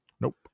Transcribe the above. Nope